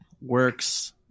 works